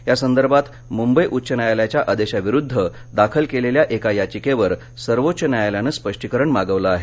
यासदर्भात मुंबई उच्च न्यायालयाच्या आदेशा विरुध्द दाखल केलेल्या एका याचिकेवर सर्वोच्च न्यायालयानं स्पष्टीकरण मागितलं आहे